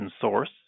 source